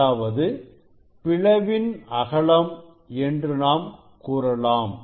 அதாவது பிளவின் அகலம் என்று நாம் கூறலாம்